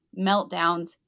meltdowns